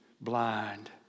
blind